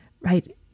right